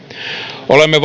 olemme